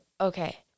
Okay